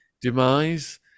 demise